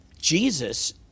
Jesus